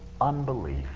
unbelief